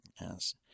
Yes